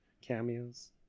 cameos